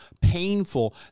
painful